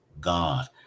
God